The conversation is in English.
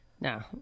No